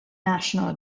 national